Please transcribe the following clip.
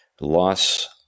loss